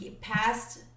past